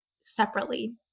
separately